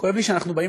כואב לי שאנחנו באים,